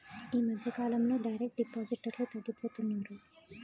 ఈ మధ్యకాలంలో డైరెక్ట్ డిపాజిటర్లు తగ్గిపోతున్నారు